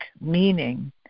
meaning